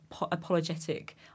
apologetic